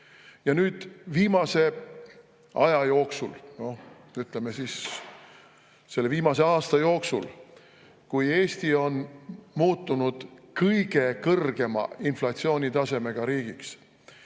Ja nüüd viimase aja jooksul, ütleme, selle viimase aasta jooksul, kui Eesti on muutunud kõige kõrgema inflatsioonitasemega riigiks,